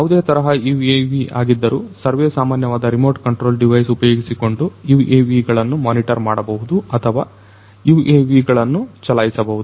ಯಾವುದೇ ತರಹದ UAV ಆಗಿದ್ದರು ಸರ್ವೇಸಾಮಾನ್ಯವಾದ ರಿಮೋಟ್ ಕಂಟ್ರೋಲ್ ಡಿವೈಸ್ ಉಪಯೋಗಿಸಿಕೊಂಡು UAV ಗಳನ್ನು ಮೋನಿಟರ್ ಮಾಡಬಹುದು ಅಥವಾ UAV ಗಳನ್ನು ಚಲಾಯಿಸಬಹುದು